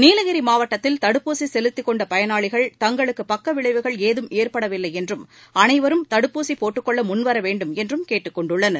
நீலகிரி மாவட்டத்தில் தடுப்பூசி செலுத்திக் கொண்ட பயனாளிகள் தங்களுக்கு பக்க விளைவுகள் ஏதும் ஏற்படவில்லை என்றும் அனைவரும் தடுப்பூசி போட்டுக் கொள்ள முன்வர வேண்டுமென்றும் கேட்டுக் கொண்டுள்ளனர்